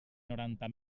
noranta